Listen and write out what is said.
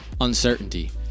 uncertainty